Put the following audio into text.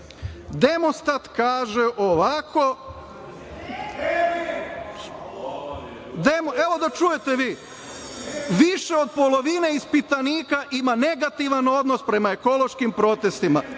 „Demostat“ ovako, evo da čujete vi - više od polovine ispitanika ima negativan odnos prema ekološkim protestima.